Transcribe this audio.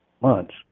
months